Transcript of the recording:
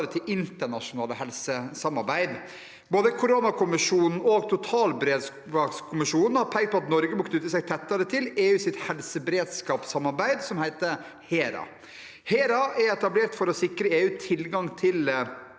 til internasjonale helsesamarbeid. Både koronakommisjonen og totalberedskapskommisjonen har pekt på at Norge må knytte seg tettere til EUs helseberedskapssamarbeid HERA. HERA er etablert for å sikre EU tilgang til